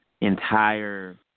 entire